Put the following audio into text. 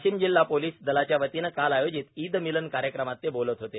वाशिम जिल्हा पोलीस दलाच्यावतीनं काल आयोजित ईद मिलनश कार्यक्रमात ते बोलत होते